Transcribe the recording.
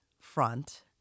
front